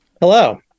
Hello